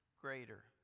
greater